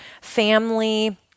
family